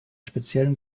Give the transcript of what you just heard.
speziellen